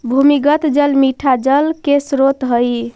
भूमिगत जल मीठा जल के स्रोत हई